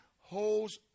holds